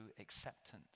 acceptance